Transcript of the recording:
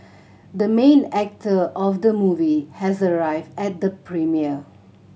the main actor of the movie has arrived at the premiere